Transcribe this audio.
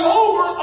over